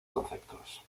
conceptos